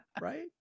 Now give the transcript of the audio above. right